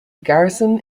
garrison